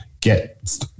get